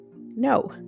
no